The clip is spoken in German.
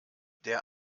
der